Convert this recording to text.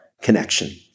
connection